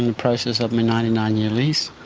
in the process of my ninety nine year lease